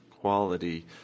quality